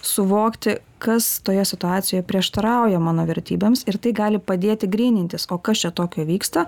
suvokti kas toje situacijoj prieštarauja mano vertybėms ir tai gali padėti grynintis o kas čia tokio vyksta